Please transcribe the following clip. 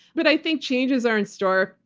but i think changes are in store.